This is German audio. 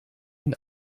ihn